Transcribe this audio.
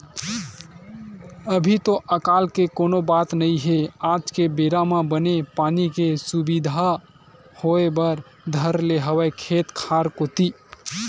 अभी तो अकाल के कोनो बात नई हे आज के बेरा म बने पानी के सुबिधा होय बर धर ले हवय खेत खार कोती